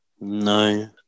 No